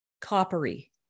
coppery